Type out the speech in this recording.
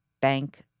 bank